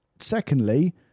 Secondly